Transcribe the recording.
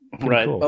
Right